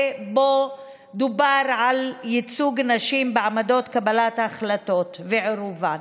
ובו דובר על ייצוג נשים בעמדות קבלת ההחלטות ועירובן.